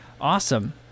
awesome